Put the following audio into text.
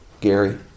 Gary